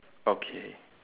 okay